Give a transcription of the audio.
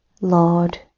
Lord